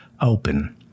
open